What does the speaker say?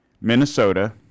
Minnesota